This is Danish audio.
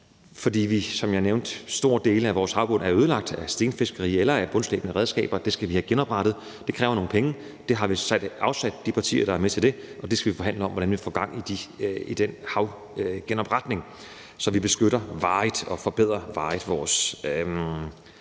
fordi, som jeg nævnte, store dele af vores havbund er ødelagt af stenfiskeri eller af bundslæbende redskaber, og den skal vi have genoprettet. Det kræver nogle penge, og dem har vi så afsat sammen med de partier, der er med til det, og vi skal forhandle om, hvordan vi får gang i den havgenopretning, så vi varigt beskytter og forbedrer vores